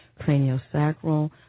craniosacral